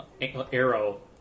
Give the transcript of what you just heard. Arrow